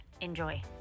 Enjoy